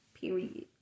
Period